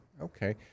okay